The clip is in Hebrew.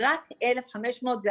רק אלף חמש מאות,